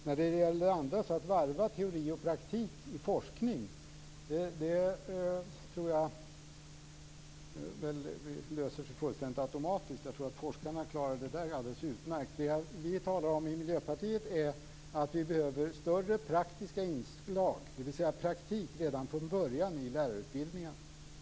Jag tror att detta med att varva teori och praktik i forskningen löser sig fullständigt automatiskt. Jag tror att forskarna klarar det alldeles utmärkt. Det vi i Miljöpartiet talar om är att vi behöver större praktiska inslag, dvs. praktik redan från början, i lärarutbildningarna.